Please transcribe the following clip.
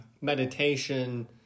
meditation